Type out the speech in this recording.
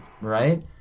right